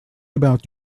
about